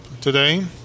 today